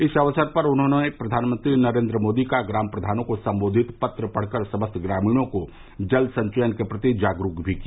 इस अवसर पर उन्होंने प्रधानमंत्री नरेन्द्र मोदी का ग्राम प्रधानों को सम्बोधित पत्र पढ़कर समस्त ग्रामीणों को जल संचयन के प्रति जागरूक भी किया